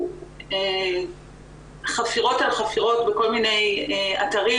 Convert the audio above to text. הוא חפירות על חפירות בכל מיני אתרים